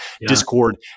Discord